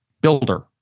builder